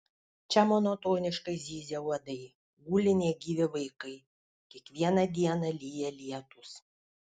čia monotoniškai zyzia uodai guli negyvi vaikai kiekvieną dieną lyja lietūs